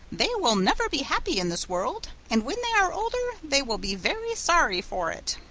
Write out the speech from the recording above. they will never be happy in this world, and when they are older they will be very sorry for it.